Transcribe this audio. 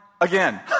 again